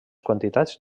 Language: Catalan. quantitats